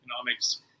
economics